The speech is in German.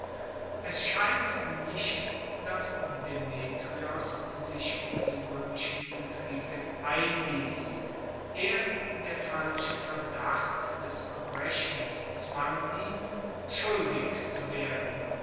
es scheint nicht dass demetrios sich in die roemischen intrigen einliess erst der falsche verdacht des verbrechens zwang ihn schuldig zu werden